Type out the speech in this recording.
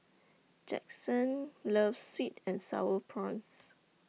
Jaxson loves Sweet and Sour Prawns